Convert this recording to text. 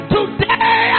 Today